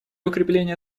укрепления